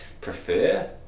prefer